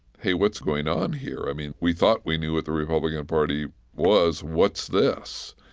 hey, what's going on here? i mean, we thought we knew what the republican party was. what's this?